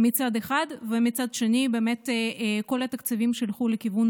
וכל התקציבים שילכו לכיוון